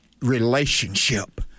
relationship